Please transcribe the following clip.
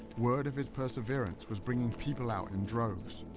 word of his perseverance was bringing people out in droves.